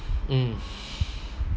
mm